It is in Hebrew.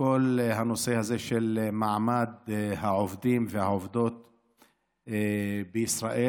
בכל הנושא הזה של מעמד העובדים והעובדות בישראל.